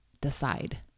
decide